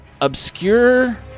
obscure